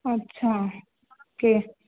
अच्छा ओके